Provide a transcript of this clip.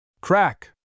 Crack